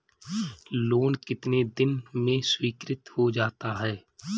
Loan कितने दिन में स्वीकृत हो जाता है?